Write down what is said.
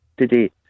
today